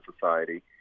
society